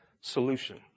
solution